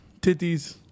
titties